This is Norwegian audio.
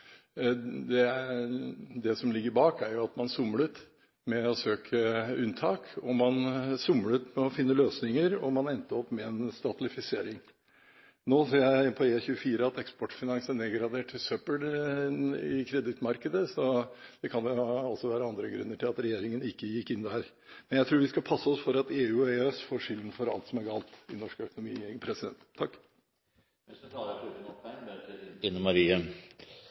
Det som ligger bak, er at man somlet med å søke unntak, man somlet med å finne løsninger, og man endte opp med en statligfisering. Nå ser jeg på E24 at Eksportfinans er nedgradert til «søppel» i kredittmarkedet, så det kan jo også være andre grunner til at regjeringen ikke gikk inn der. Men jeg tror vi skal passe oss for å gi EU og EØS skylden for alt som er galt i norsk økonomi. I den situasjonen mange land i Europa er